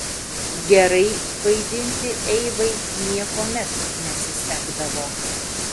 gerai vaidinti eivai niekuomet nesisekdavo